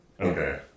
Okay